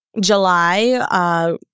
July